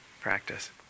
practice